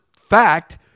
fact